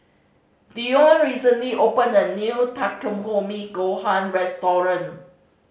Deion recently opened a new Takikomi Gohan Restaurant